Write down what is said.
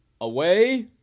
away